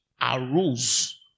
arose